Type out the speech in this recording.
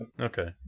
Okay